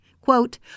Quote